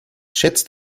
schätzt